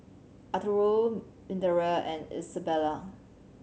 Arturo Minervia and Isabela